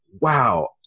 wow